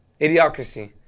Idiocracy